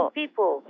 people